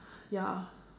ya